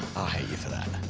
i hate you for that.